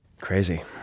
Crazy